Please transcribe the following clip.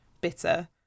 bitter